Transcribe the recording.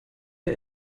der